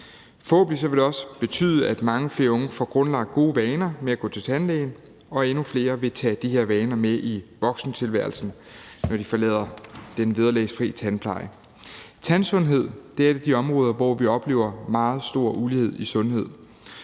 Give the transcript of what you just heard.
forhåbentlig også betyde, at mange flere unge får grundlagt gode vaner med at gå til tandlæge, og at endnu flere vil tage de her vaner med ind i voksentilværelsen, når de forlader den vederlagsfri tandpleje. Tandsundhed er et af de områder, hvor vi oplever en meget stor ulighed i sundhed.